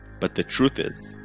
but the truth is,